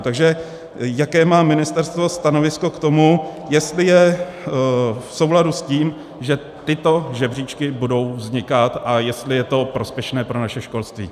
Takže jaké má ministerstvo stanovisko k tomu, jestli je v souladu s tím, že tyto žebříčky budou vznikat a jestli je to prospěšné pro naše školství.